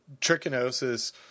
trichinosis